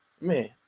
man